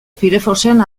firefoxen